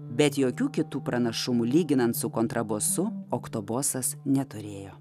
bet jokių kitų pranašumų lyginant su kontrabosu oktobosas neturėjo